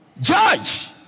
Judge